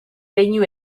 leinu